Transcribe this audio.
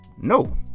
No